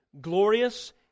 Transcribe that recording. glorious